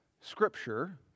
Scripture